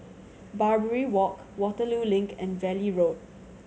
Barbary Walk Waterloo Link and Valley Road